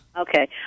Okay